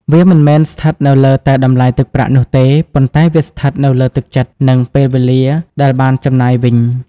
វាមិនមែនស្ថិតនៅលើតែតម្លៃទឹកប្រាក់នោះទេ ប៉ុន្តែវាស្ថិតនៅលើ «ទឹកចិត្ត» និង «ពេលវេលា» ដែលបានចំណាយវិញ។